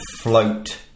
float